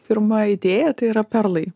pirma idėja tai yra perlai